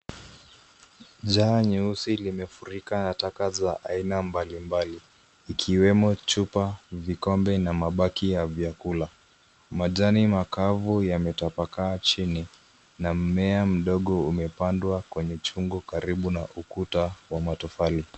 Jaa nyeusi limefurika na taka za aina mbalimbali ikiwemo chupa, vikombe na mabaki ya vyakula. Majani makavu yametapakaa chini na mmea mdogo umepandwa kwenye chungu karibu na ukuta wa matofali.